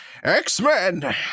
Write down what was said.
x-men